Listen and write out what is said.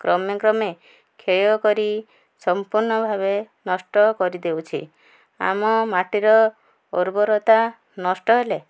କ୍ରମେ କ୍ରମେ କ୍ଷୟ କରି ସମ୍ପୂର୍ଣ୍ଣ ଭାବେ ନଷ୍ଟ କରିଦେଉଛି ଆମ ମାଟିର ଉର୍ବରତା ନଷ୍ଟ ହେଲେ